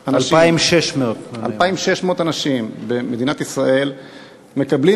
2,600. 2,600 אנשים במדינת ישראל מקבלים